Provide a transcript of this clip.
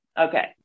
Okay